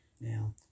Now